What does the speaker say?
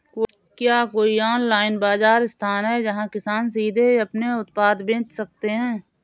क्या कोई ऑनलाइन बाज़ार स्थान है जहाँ किसान सीधे अपने उत्पाद बेच सकते हैं?